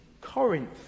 Corinth